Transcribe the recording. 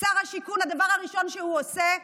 שר השיכון, הדבר הראשון שהוא עושה,